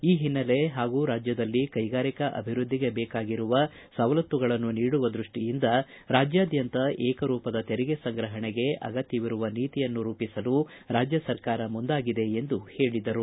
ಈ ಹಿನ್ನಲೆ ಹಾಗೂ ರಾಜ್ಯದಲ್ಲಿ ಕೈಗಾರಿಕಾ ಅಭಿವ್ದದ್ಲಿಗೆ ಬೇಕಾಗಿರುವ ಸವಲತ್ತುಗಳನ್ನು ನೀಡುವ ದ್ರಷ್ಷಿಯಿಂದ ರಾಜ್ಯಾದ್ಯಂತ ಏಕರೂಪದ ತೆರಿಗೆ ಸಂಗ್ರಹಣೆಗೆ ಆಗತ್ತವಿರುವ ನೀತಿಯನ್ನು ರೂಪಿಸಲು ರಾಜ್ಯ ಸರಕಾರ ಮುಂದಾಗಿದೆ ಎಂದು ಹೇಳಿದರು